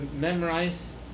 memorize